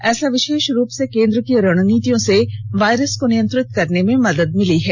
ऐसा विशेष रूप से केन्द्र की रणनीतियों से वायरस को नियंत्रित करने में मदद मिली है